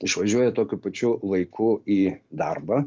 išvažiuoja tokiu pačiu laiku į darbą